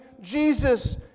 Jesus